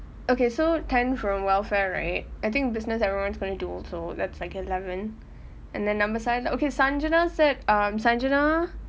okay so ten from welfare right I think business everyone's gonna do also that's like eleven and then number seven okay sangita said um sangita